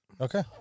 Okay